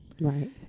Right